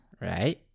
Right